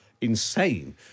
insane